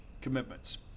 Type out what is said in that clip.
commitments